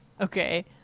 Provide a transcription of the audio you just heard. Okay